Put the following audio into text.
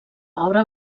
obra